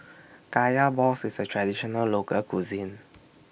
Kaya Balls IS A Traditional Local Cuisine